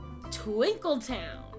Twinkletown